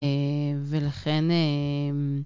אה... ולכן אה...